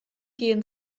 gehen